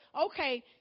okay